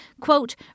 quote